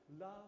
love